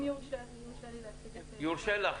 אם יורשה לי להציג -- יורשה לך.